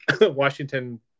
Washington